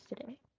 today